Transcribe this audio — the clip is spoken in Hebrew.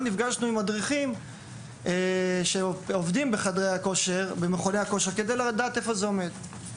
נפגשנו גם עם מדריכים שעובדים במכוני הכושר כדי לדעת איפה זה עובד.